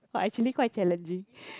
but actually quite challenging